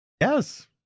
Yes